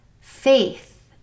Faith